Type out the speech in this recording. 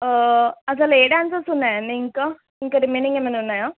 అసలు ఏ డ్యాన్సెస్ ఉన్నాయి అండి ఇంకా ఇంకా రిమైనింగ్ ఏమైనా ఉన్నాయా